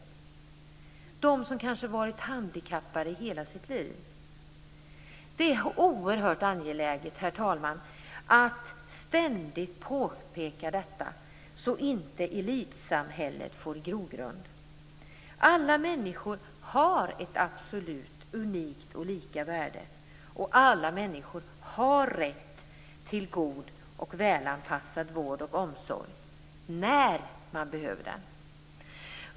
De kanske har varit handikappade i hela sitt liv. Det är oerhört angeläget, herr talman, att ständigt påpeka detta så att inte elitsamhället får grogrund. Alla människor har ett absolut, unikt och lika värde. Alla människor har rätt till en god och välanpassad vård och omsorg när man behöver den.